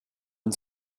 and